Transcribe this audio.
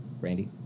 Randy